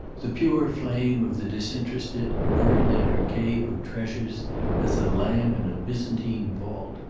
the pure flame of the disinterested burned in her cave of treasures as a lamp in a byzantine vault.